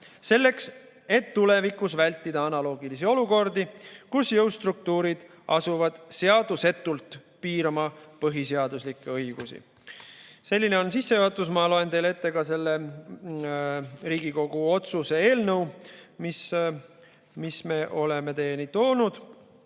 selleks, et tulevikus vältida analoogilisi olukordi, kus jõustruktuurid asuvad seadusetult piirama põhiseaduslikke õigusi. Selline oli sissejuhatus, aga ma loen teile ette ka selle Riigikogu otsuse eelnõu, mis me oleme teieni toonud.